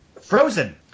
Frozen